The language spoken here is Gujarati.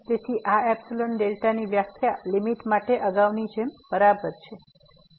તેથી આ એપ્સીલોન ડેલ્ટા વ્યાખ્યા લીમીટ માટે અગાઉની જેમ બરાબર છે